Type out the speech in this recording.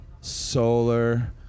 solar